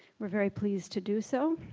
we're very pleased to do so.